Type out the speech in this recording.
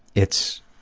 it's